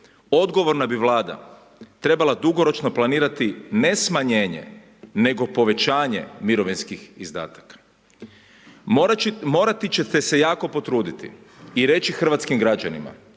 odgovorna bi vlada trebala dugoročno planirati ne smanjenje, nego povećanje mirovinskih izdataka. Morati ćete se jako potruditi i reći hrvatskim građanima